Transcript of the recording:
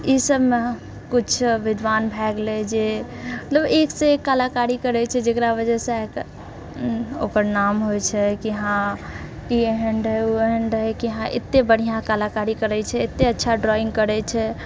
ई सबमे किछु विद्वान भए गेलै जे मतलब एकसँ एक कलाकारी करैत छै जकरा वजहसँ ओकर नाम होइत छै कि हँ ई हैंड है ओ हैंड है कि हँ एते बढ़िआँ कलाकारी करैत छै एते अच्छा ड्रॉइंग करैत छेै